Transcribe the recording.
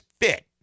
fit